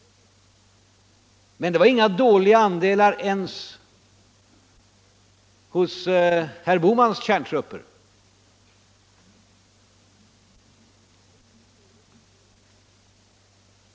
Men procentandelen var inte dålig hos herr Bohmans kärntrupper heller.